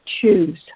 choose